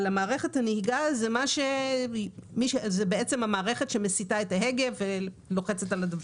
מערכת הנהיגה היא בעצם המערכת שמסיטה את ההגה ולוחצת על הדוושות.